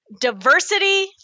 Diversity